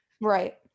Right